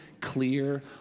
clear